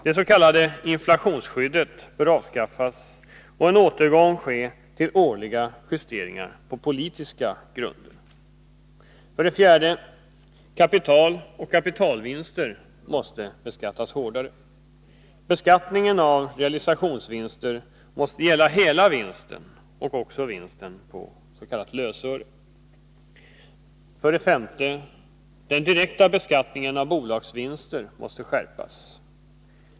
Det s.k. inflationsskyddet bör avskaffas och en återgång ske till årliga justeringar på politiska grunder. 4. Kapital och kapitalvinster måste beskattas hårdare. Beskattningen av realisationsvinster måste gälla hela vinsten, även vinsten på s.k. lösöre. 5. Den direkta beskattningen av bolagsvinster måste skärpas.